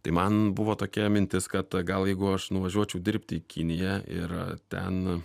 tai man buvo tokia mintis kad gal jeigu aš nuvažiuočiau dirbt į kiniją ir ten